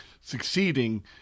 succeeding